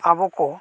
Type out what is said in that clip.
ᱟᱵᱚᱠᱚ